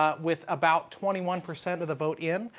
ah with about twenty one percent of the vote in,